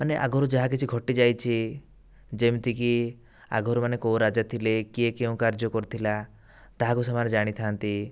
ମାନେ ଆଗରୁ ଯାହାକିଛି ଘଟି ଯାଇଛି ଯେମିତିକି ଆଗରୁ ମାନେ କେଉଁ ରାଜା ଥିଲେ କିଏ କେଉଁ କାର୍ଯ୍ୟ କରୁଥିଲା ତାହାକୁ ସେମାନେ ଜାଣିଥା'ନ୍ତି